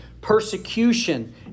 persecution